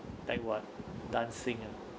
like what dancing ah